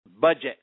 budget